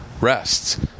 rests